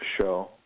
show